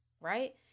right